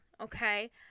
okay